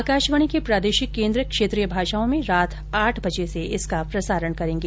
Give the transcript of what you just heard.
आकाशवाणी के प्रादेशिक केन्द्र क्षेत्रीय भाषाओं में रात आठ बजे से इसका प्रसारण करेंगे